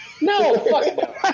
No